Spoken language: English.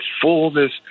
fullness